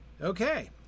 Okay